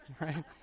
right